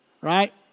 right